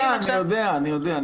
אני יודע, אני יודע.